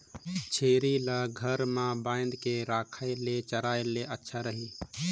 छेरी ल घर म बांध के खवाय ले चराय ले अच्छा रही?